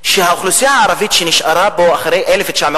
שהאוכלוסייה הערבית שנשארה פה אחרי 1948